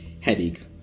headache